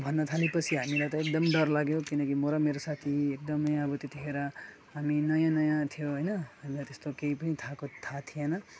त भन्न थालेपछि हामीलाई त एकदम डर लाग्यो किनकि म र मेरो साथी एकदमै अब त्यतिखेर हामी नयाँ नयाँ थियो होइन हामीलाई त्यस्तो केही पनि थाको थाहा थिएन